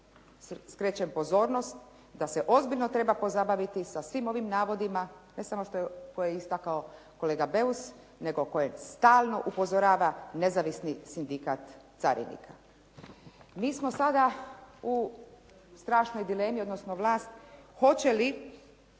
skrećem pozornost da se ozbiljno treba pozabaviti sa svim ovim navodima, ne samo koje je istakao kolega Beus, nego koje stalno upozorava nezavisni sindikat carinika. Mi smo sada u strašnoj dilemi, odnosno vlast, hoće li